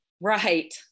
Right